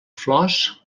flors